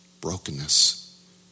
brokenness